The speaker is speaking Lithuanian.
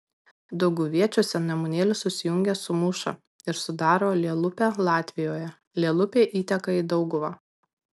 dauguviečiuose nemunėlis susijungia su mūša ir sudaro lielupę latvijoje lielupė įteka į dauguvą